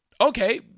Okay